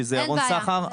שזה ירון סחר.